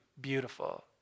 beautiful